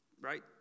right